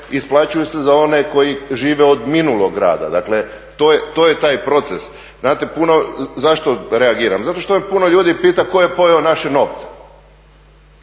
isplaćuju se za one koji žive od minulog rada, dakle to je taj proces. Zašto reagiram? Zato što me puno ljudi pita tko je pojeo naše novce.